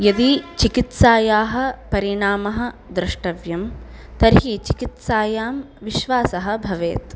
यदि चिकित्सायाः परिणामः द्रष्टव्यं तर्हि चिकित्सायां विश्वासः भवेत्